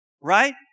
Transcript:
Right